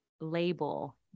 label